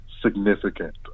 significant